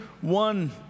one